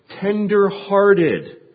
tender-hearted